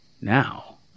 Now